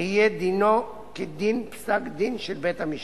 יהיה דינו כדין פסק-דין של בית-המשפט.